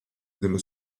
dello